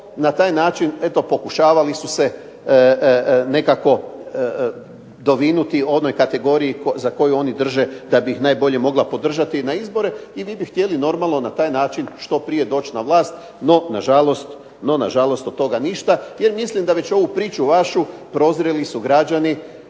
na taj način pokušavali su se nekako dovinuti onoj kategoriji za koju oni drže da bi ih najbolje mogla podržati na izbore. I vi bi htjeli normalno na taj način što prije doći na vlast. No nažalost od toga ništa. Jer mislim da ovu priču vašu prozreli su građani